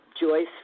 Joyce